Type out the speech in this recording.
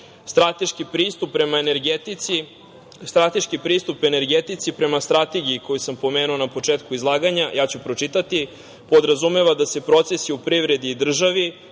strateški pristup energetici prema strategiji koju sam pomenuo na početku izlaganja, ja ću pročitati, “podrazumeva da se procesi u privredi i državi,